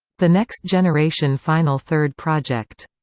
the next generation final third project.